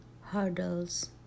hurdles